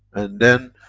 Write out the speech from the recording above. and then,